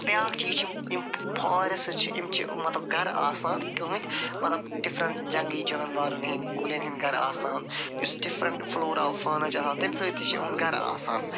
بیٛاکھ چیٖز چھِ یِم فارٮ۪سٹٕز چھِ یِم چھِ مَطلَب گَرٕ آسان کٕہٕنٛدۍ مَطلَب ڈِفرنٛٹ جَنگلی جانوَرَن ہٕنٛدۍ کُلٮ۪ن ہٕنٛدۍ گَرٕ آسان یُس ڈِفرنٛٹ فٕلورا فانا چھُ آسان سُہ چھُ یُہُنٛد گَرٕ آسان